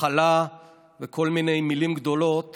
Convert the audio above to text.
הכלה וכל מיני מילים גדולות